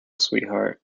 sweetheart